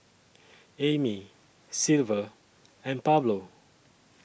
Amey Silver and Pablo